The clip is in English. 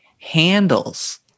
handles